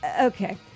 Okay